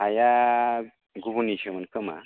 हाया गुबुननिसोमोन खोमा